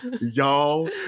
y'all